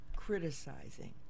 criticizing